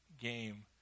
game